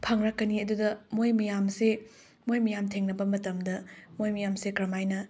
ꯐꯪꯂꯛꯀꯅꯤ ꯑꯗꯨꯗ ꯃꯣꯏ ꯃꯌꯥꯝꯁꯦ ꯃꯣꯏ ꯃꯌꯥꯝ ꯊꯦꯡꯅꯕ ꯃꯇꯝꯗ ꯃꯣꯏ ꯃꯌꯥꯝꯁꯦ ꯀꯔꯝꯃꯥꯏꯅ